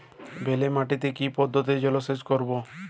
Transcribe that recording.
বেলে মাটিতে কি পদ্ধতিতে জলসেচ করব?